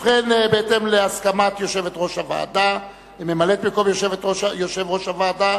ובכן, בהתאם להסכמת ממלאת-מקום יושב-ראש הוועדה,